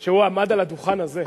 שהוא עמד על הדוכן הזה,